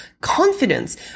Confidence